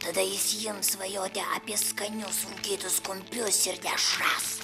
tada jis ims svajoti apie skanius rūkytus kumpius ir dešras